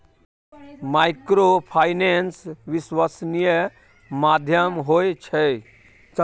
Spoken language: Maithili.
माइक्रोफाइनेंस विश्वासनीय माध्यम होय छै?